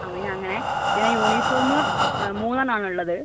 ആ പിന്നെ അങ്ങനെ പിന്നെ യൂണിഫോമ് മൂന്ന് എണ്ണം ആണ് ഉള്ളത്